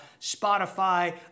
Spotify